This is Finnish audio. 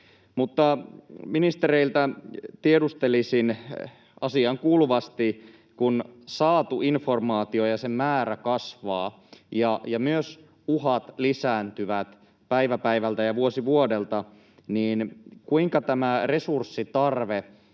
Mutta ministereiltä tiedustelisin asiaankuuluvasti: kun saadun informaation määrä kasvaa ja myös uhat lisääntyvät päivä päivältä ja vuosi vuodelta, niin kuinka nämä resurssit,